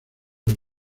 del